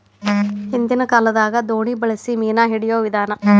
ಹಿಂದಿನ ಕಾಲದಾಗ ದೋಣಿ ಬಳಸಿ ಮೇನಾ ಹಿಡಿಯುವ ವಿಧಾನಾ